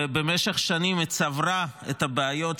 ובמשך שנים היא צברה את הבעיות שיש,